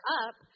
up